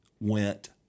went